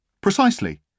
Precisely